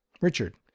Richard